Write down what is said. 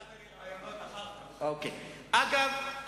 אגב,